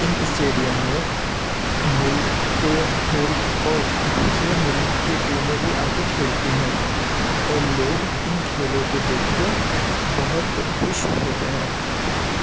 ان stadium میں ملک کے کھیل اور دوسرے ملک کی ٹیمیں بھی آ کے کھیلتی ہیں اور لوگ ان کھیلوں کو دیکھ کے بہت خوش ہوتے ہیں